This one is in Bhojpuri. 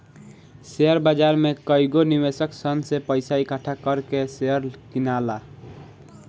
शेयर बाजार में कएगो निवेशक सन से पइसा इकठ्ठा कर के शेयर किनला